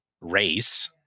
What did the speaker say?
race